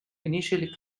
initially